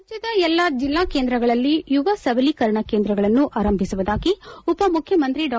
ರಾಜ್ಞದ ಎಲ್ಲಾ ಜಿಲ್ಲಾ ಕೇಂದ್ರಗಳಲ್ಲಿ ಯುವ ಸಬಲೀಕರಣ ಕೇಂದ್ರಗಳನ್ನು ಆರಂಭಿಸುವುದಾಗಿ ಉಪ ಮುಖ್ಚಮಂತ್ರಿ ಡಾ